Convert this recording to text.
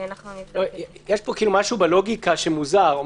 יש משהו בלוגיקה שמוזר.